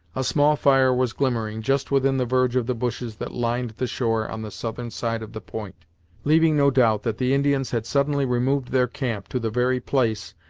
a small fire was glimmering just within the verge of the bushes that lined the shore on the southern side of the point leaving no doubt that the indians had suddenly removed their camp to the very place,